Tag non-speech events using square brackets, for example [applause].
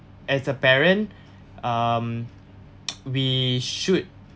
as a parent um [noise] we should